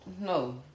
no